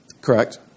Correct